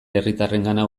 herritarrengana